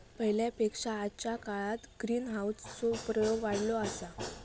पहिल्या पेक्षा आजच्या काळात ग्रीनहाऊस चो प्रयोग वाढलो हा